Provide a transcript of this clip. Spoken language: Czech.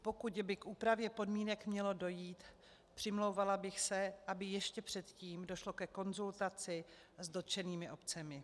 Pokud by k úpravě podmínek mělo dojít, přimlouvala bych se, aby ještě předtím došlo ke konzultaci s dotčenými obcemi.